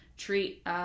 Treat